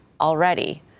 already